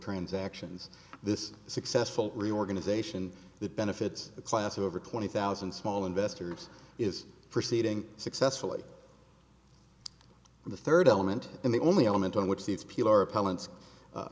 transactions this successful reorganization that benefits a class of over twenty thousand small investors is proceeding successfully from the third element and the only element on which these